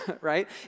right